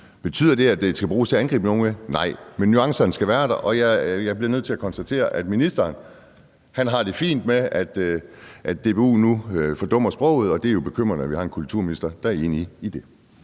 Betyder det, at det skal bruges til at angribe nogen med? Nej, men nuancerne skal være der, og jeg bliver nødt til at konstatere, at ministeren har det fint med, at DBU nu fordummer sproget. Og det er jo bekymrende, at vi har en kulturminister, der er enig i det.